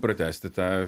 pratęsti tą